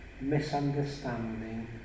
misunderstanding